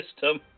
system